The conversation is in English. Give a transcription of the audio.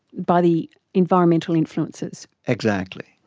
by the environmental influences. exactly.